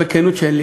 בכנות,